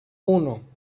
uno